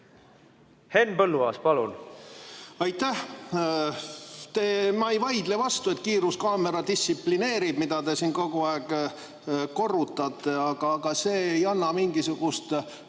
Henn Põlluaas, palun! Aitäh! Ma ei vaidle vastu, et kiiruskaamera distsiplineerib, nagu te siin kogu aeg korrutate. Aga see ei anna mingisugust